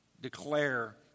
declare